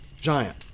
giant